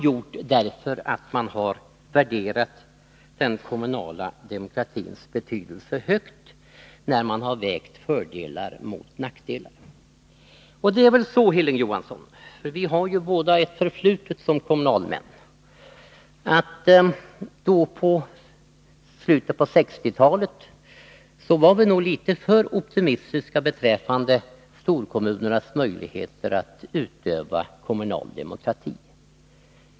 Skälet är att man efter att ha vägt fördelar och nackdelar mot varandra har värderat den kommunala demokratins betydelse högt. Både Hilding Johansson och jag har ju ett förflutet som kommunalmän. Han håller nog med mig om att vi i slutet av 1960-talet var litet för optimistiska beträffande storkommunernas möjligheter att utöva kommunal demokrati.